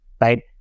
right